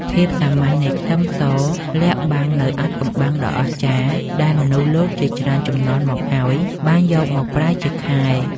ភាពសាមញ្ញនៃខ្ទឹមសលាក់បាំងនូវអាថ៌កំបាំងដ៏អស្ចារ្យដែលមនុស្សលោកជាច្រើនជំនាន់មកហើយបានយកមកប្រើជាខែល។